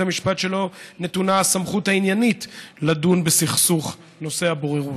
המשפט שלו נתונה הסמכות העניינית לדון בסכסוך נושא הבוררות.